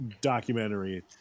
documentary